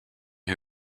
who